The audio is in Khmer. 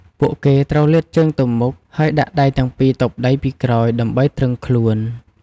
ពួកគេត្រូវលាតជើងទៅមុខ ហើយដាក់ដៃទាំងពីរទប់ដីពីក្រោយដើម្បីទ្រឹងខ្លួន។